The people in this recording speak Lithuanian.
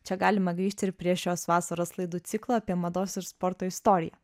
čia galima grįžti ir prie šios vasaros laidų ciklo apie mados ir sporto istoriją